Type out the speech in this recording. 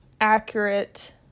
accurate